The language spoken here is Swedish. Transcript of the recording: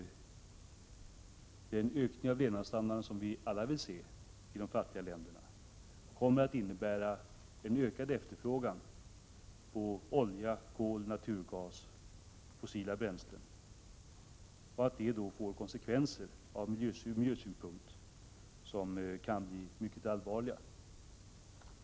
1987/88:42 levnadsstandarden som vi alla vill se i de fattiga länderna också kommer att 10 december 1987 innebära en ökad efterfrågan på olja, kol och naturgas, alltså på fossila = Isa bränslen. Detta kan få konsekvenser från miljösynpunkt som kan bli mycket allvarliga.